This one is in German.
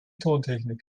tontechnik